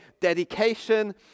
dedication